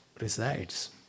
resides